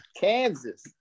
Kansas